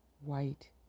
white